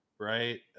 Right